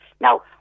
Now